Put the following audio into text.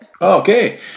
Okay